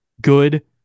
good